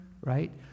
right